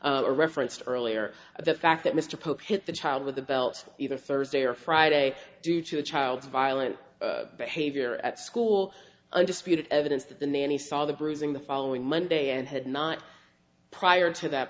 referenced earlier the fact that mr polk hit the child with a belt either thursday or friday due to a child's violent behavior at school undisputed evidence that the nanny saw the bruising the following monday and had not prior to that